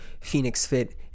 PhoenixFit